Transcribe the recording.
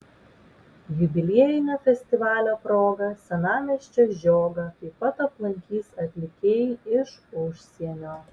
jubiliejinio festivalio proga senamiesčio žiogą taip pat aplankys atlikėjai iš užsienio